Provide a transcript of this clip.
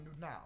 now